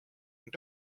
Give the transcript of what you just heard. ning